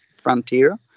Frontier